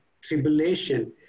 tribulation